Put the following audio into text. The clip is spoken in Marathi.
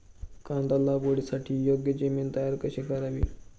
कांदा लागवडीसाठी योग्य जमीन तयार कशी करावी?